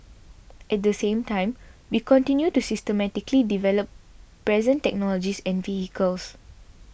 at the same time we continue to systematically develop present technologies and vehicles